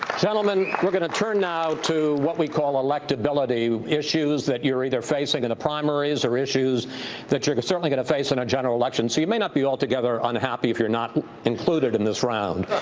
gentlemen, we're going to turn now to what we call electability, issues that you're either facing in the primaries or issues that you're certainly going to face in a general election. so you may not be altogether unhappy if you're not included in this round.